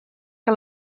que